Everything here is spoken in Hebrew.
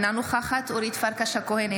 אינה נוכחת אורית פרקש הכהן,